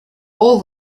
all